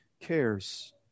cares